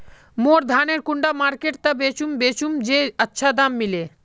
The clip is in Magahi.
मोर धानेर कुंडा मार्केट त बेचुम बेचुम जे अच्छा दाम मिले?